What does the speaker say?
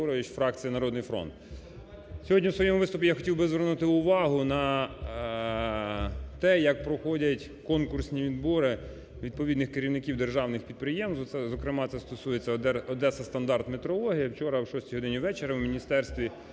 Сьогодні в своєму виступі я хотів би звернути увагу на те, як проходять конкурсні відбори відповідних керівників державних підприємств, зокрема це стосується "Одесастандартметрологія". Вчора о 6-й годині вечора в Міністерстві